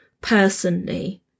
personally